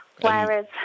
whereas